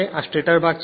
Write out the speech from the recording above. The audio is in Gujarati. આ સ્ટેટર ભાગ છે